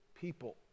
people